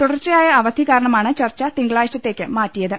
തുടർച്ചയായ അവധി കാരണമാണ് ചർച്ച തിങ്ക ളാഴ്ചത്തേക്കുമാറ്റിയത്